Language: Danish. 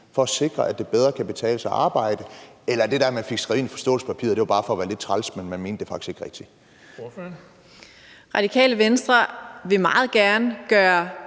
for at sikre, at det bedre kan betale sig at arbejde, eller var det, man fik skrevet ind i forståelsespapiret, bare for at være lidt træls, men man mente det faktisk ikke rigtig? Kl. 13:56 Den fg. formand